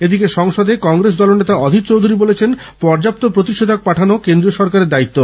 এদিকে সংসদে কংগ্রেস দলনেতা অধীর চৌধুরী বলেছেন পর্যাপ্ত প্রতিষেধক পাঠানো কেন্দ্রীয় সরকারের দায়িত্ব